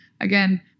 again